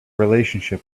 relationship